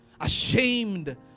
Ashamed